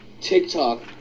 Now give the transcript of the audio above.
TikTok